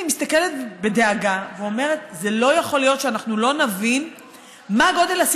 אני מסתכלת בדאגה ואומרת: לא יכול להיות שאנחנו לא נבין